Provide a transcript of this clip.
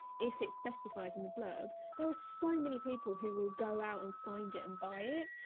if it specifies in the blurb, there are so many people who will go out and find it and buy it,